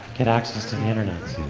get access to the internet.